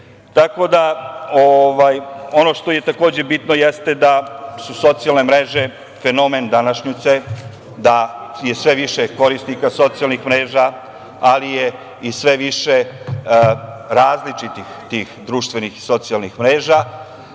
telom? Ono što je bitno jeste da su socijalne mreže fenomen današnjice, da je sve više korisnika socijalnih mreža, ali je i sve više različitih tih društvenih i socijalnih mreža.